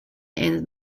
and